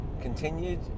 continued